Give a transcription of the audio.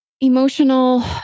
Emotional